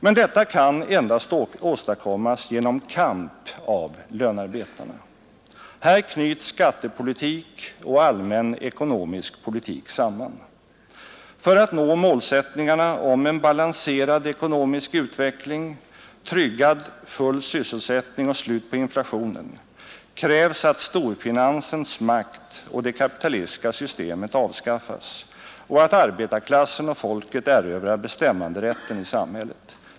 Men detta kan endast åstadkommas genom kamp av lönarbetarna. Här knyts skattepolitik och allmän ekonomisk politik samman. För att nå målsättningarna om en balanserad ekonomisk utveckling, tryggad full sysselsättning och slut på inflationen krävs att storfinansens makt och det kapitalistiska systemet avskaffas och att arbetarklassen och folket erövrar bestämmanderätten i samhället.